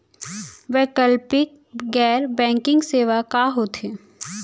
वैकल्पिक गैर बैंकिंग सेवा का होथे?